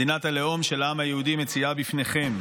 מדינת הלאום של העם היהודי, מציעה בפניכם